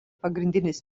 pagrindinis